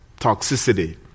toxicity